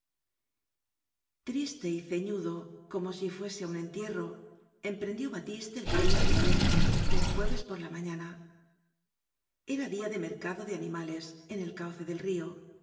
triste y ceñudo como si fuese á un entierro em prendió batiste el camino de valencia un jueves por la maña na era día de mer cado de animales en el cauce del río